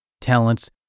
talents